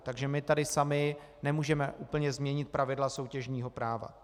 Takže my tady sami nemůžeme úplně změnit pravidla soutěžního práva.